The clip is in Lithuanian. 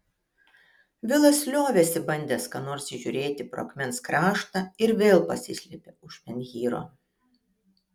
vilas liovėsi bandęs ką nors įžiūrėti pro akmens kraštą ir vėl pasislėpė už menhyro